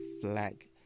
flag